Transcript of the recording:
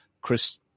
Chris